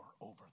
over